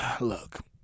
look